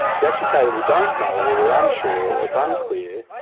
to actually say that we don't know or we are unsure or it's unclear,